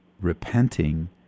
repenting